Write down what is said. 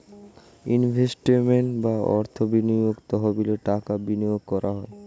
investment বা অর্থ বিনিয়োগ তহবিলে টাকা বিনিয়োগ করা হয়